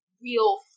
real